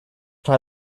try